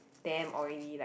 damn oily like